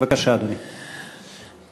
בבקשה, אדוני.